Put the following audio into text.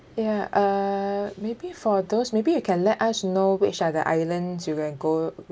ya uh maybe for those maybe you can let us know which are the island you can go